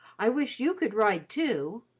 i wish you could ride too